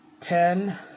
ten